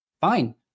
Fine